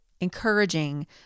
encouraging